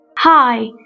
hi